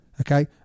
Okay